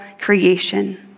creation